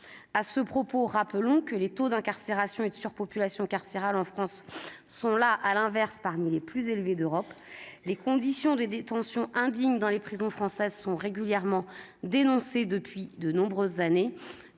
À ce propos, rappelons que les taux d'incarcération et de surpopulation carcérale en France sont parmi les plus élevés d'Europe. Les conditions de détention indignes dans les prisons françaises sont régulièrement dénoncées depuis de nombreuses années,